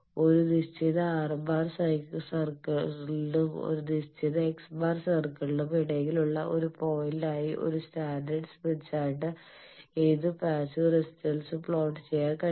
ഒരു നിശ്ചിത R⁻ സർക്കിളിനും ഒരു നിശ്ചിത x̄ സർക്കിളിനും ഇടയിലുള്ള ഒരു പോയിന്റ് ആയി ഒരു സ്റ്റാൻഡേർഡ് സ്മിത്ത് ചാർട്ടിൽ ഏത് പാസ്സീവ് റെസിസ്റ്റൻസും പ്ലോട്ട് ചെയ്യാൻ കഴിയും